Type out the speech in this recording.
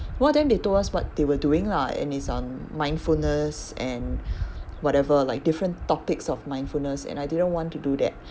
one of them they told us what they were doing lah and it's on mindfulness and whatever like different topics of mindfulness and I didn't want to do that